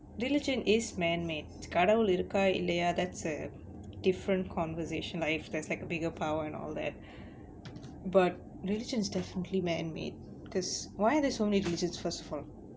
religion is man made கடவுள் இருக்கா இல்லயா:kadavul irukkaa illayaa that's a different conversation lah if there's like a bigger power and all that but religion is definitely man made cause why are there so many religions first of all